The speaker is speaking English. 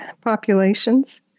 populations